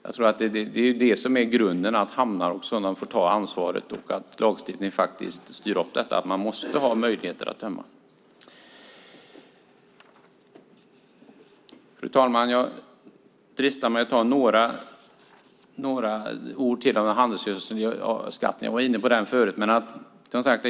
Jag tror att grunden är att hamnar får ta ansvaret och att det styrs upp i lagstiftningen att man måste ha möjligheter att tömma. Fru talman! Jag dristar mig att säga några ord till om handelsgödselskatten, som jag var inne på förut.